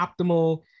optimal